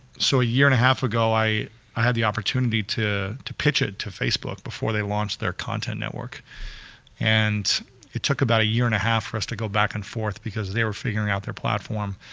so a year and a half ago, i i had the opportunity to to pitch it to facebook before they launched their content network and it took about a year and a half for us to go back and forth, because they're figuring out their platform.